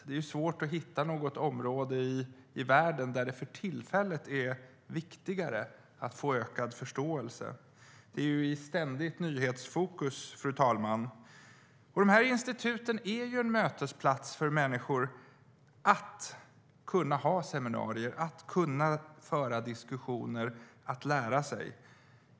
Det är svårt att hitta något område i världen där det för tillfället är viktigare att få ökad förståelse. Det är, fru talman, i ständigt nyhetsfokus. Instituten är en mötesplats för människor för att kunna ha seminarier, föra diskussioner och lära sig.